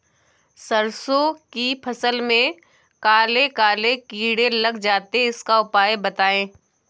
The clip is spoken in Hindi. सरसो की फसल में काले काले कीड़े लग जाते इसका उपाय बताएं?